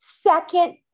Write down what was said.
second